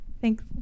thanks